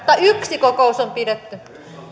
tai yksi kokous on pidetty ja